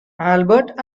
albert